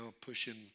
pushing